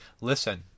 listen